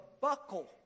buckle